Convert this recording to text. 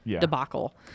debacle